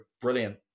brilliant